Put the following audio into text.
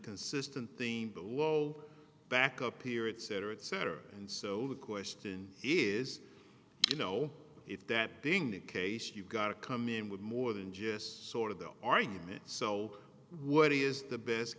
consistent theme but back up here it's cetera et cetera and so the question is you know if that being the case you've got to come in with more than just sort of the argument so what is the best